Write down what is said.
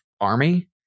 army